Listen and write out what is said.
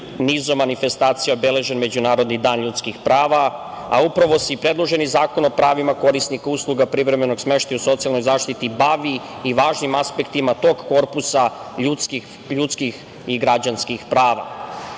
nizom manifestacija obeležen Međunarodni dan ljudskih prava, a upravo se i predloženi Zakon o pravima korisnika usluga privremenom smeštaja i socijalnoj zaštiti bavi i važnim aspektima tog korpusa ljudskih i građanskih prava. Tačno